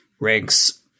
ranks